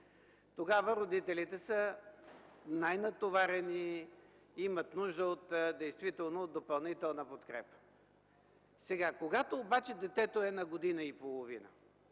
Тогава родителите са най-натоварени и имат нужда действително от допълнителна подкрепа. Когато обаче детето е на година и половина